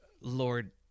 Lord